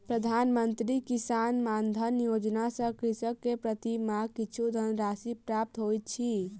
प्रधान मंत्री किसान मानधन योजना सॅ कृषक के प्रति माह किछु धनराशि प्राप्त होइत अछि